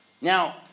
now